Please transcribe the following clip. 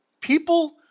People